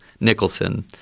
Nicholson